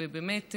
ובאמת,